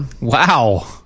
Wow